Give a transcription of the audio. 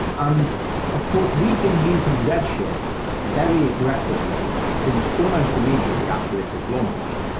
and of course, we've been using red shift very aggressively since almost immediately after it's launched.